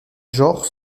genre